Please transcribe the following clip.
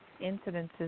incidences